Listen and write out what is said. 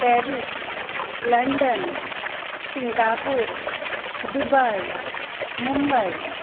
Paris London Singapore Dubai Mumbai